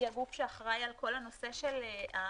היא הגוף שאחראי על כל הנושא של האכיפה,